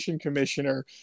commissioner